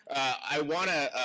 i want to,